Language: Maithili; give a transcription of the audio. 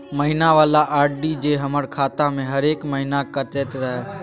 महीना वाला आर.डी जे हमर खाता से हरेक महीना कटैत रहे?